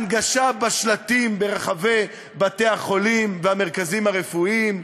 הנגשה בשלטים ברחבי בתי-החולים והמרכזים הרפואיים,